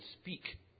speak